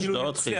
אפילו הוד השרון,